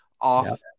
off